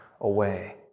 away